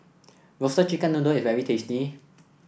Roasted Chicken Noodle is very tasty